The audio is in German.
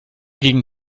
gegen